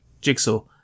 Jigsaw